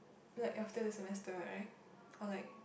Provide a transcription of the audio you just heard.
like after the semester right or like